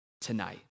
tonight